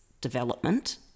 development